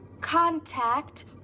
contact